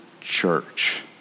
church